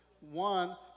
One